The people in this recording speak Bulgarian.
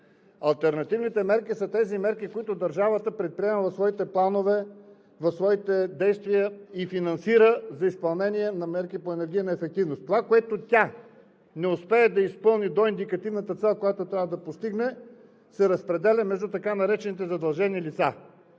алтернативните мерки са тези мерки, които държавата предприема в своите планове, в своите действия, и финансира за изпълнение на мерки по енергийна ефективност. Това, което тя не успее да изпълни до индикативната цел, която трябва да постигне, се разпределя между така наречените задължени лица.